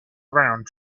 around